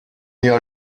jahr